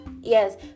yes